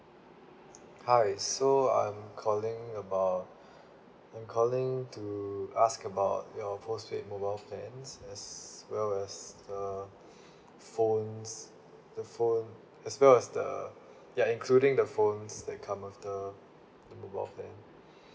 hi so I'm calling about I'm calling to ask about your postpaid mobile plans as well as a phones the phone as well as the ya including the phones that come with the the mobile plan